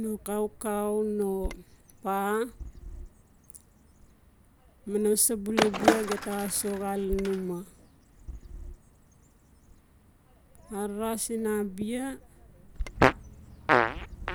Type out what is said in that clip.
No kaukau no paa mano sa vbula bia get axa soxaa lan uma ara sin abia